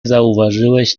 zauważyłeś